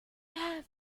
have